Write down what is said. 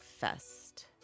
Fest